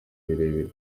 birebire